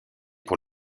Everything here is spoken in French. pour